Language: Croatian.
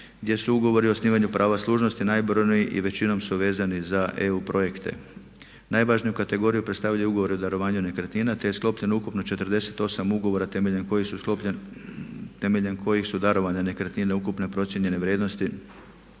gdje su ugovori o osnivanju prava služnosti najbrojniji i većinom su vezani za EU projekte. Najvažniju kategoriju predstavljaju ugovori o darovanju nekretnina te je sklopljeno ukupno 48 ugovora temeljem kojih su darovane nekretnine ukupne procijenjene vrijednosti